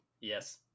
Yes